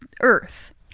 earth